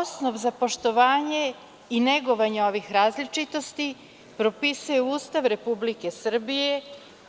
Osnov za poštovanje i negovanje ovih različitosti propisuje Ustav Republike Srbije,